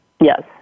Yes